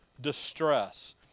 distress